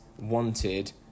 wanted